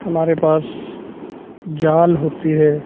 हमारे पास जाल होती है